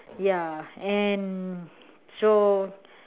ya and so